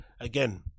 Again